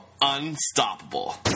unstoppable